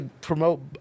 promote